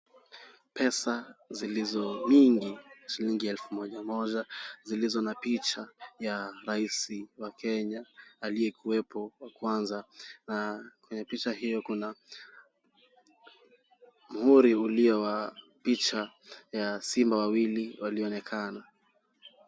Pesa zilizo nyingi shilingi elfu moja moja zilizo na picha ya Rais wa Kenya, aliyekuwepo wa kwanza. Na kwenye picha hiyo kuna muhuri ulio wa picha ya simba wawili walionekana.